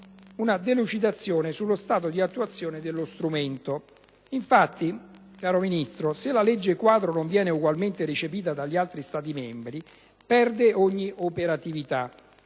una delucidazione sullo stato di attuazione dello strumento. Infatti, caro Ministro, se la legge quadro non viene ugualmente recepita dagli altri Stati membri, perde ogni operatività,